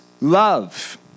love